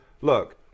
look